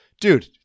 Dude